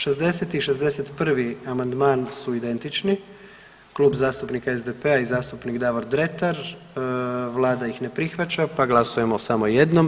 60. i 61. amandman su identični Klub zastupnika SDP-a i zastupnik Davor Dretar, Vlada ih ne prihvaća pa glasujemo samo jednom.